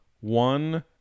one